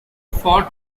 ford